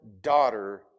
daughter